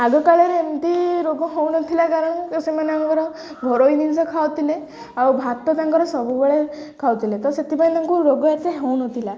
ଆଗକାଳରେ ଏମିତି ରୋଗ ହେଉନଥିଲା କାରଣ ସେମାନଙ୍କର ଘରୋଇ ଜିନିଷ ଖାଉଥିଲେ ଆଉ ଭାତ ତାଙ୍କର ସବୁବେଳେ ଖାଉଥିଲେ ତ ସେଥିପାଇଁ ତାଙ୍କୁ ରୋଗ ଏତେ ହେଉନଥିଲା